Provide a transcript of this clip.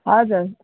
हजुर